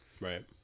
right